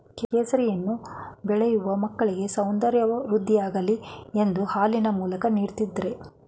ಕೇಸರಿಯನ್ನು ಬೆಳೆಯೂ ಮಕ್ಕಳಿಗೆ ಸೌಂದರ್ಯ ವೃದ್ಧಿಯಾಗಲಿ ಎಂದು ಹಾಲಿನ ಮೂಲಕ ನೀಡ್ದತರೆ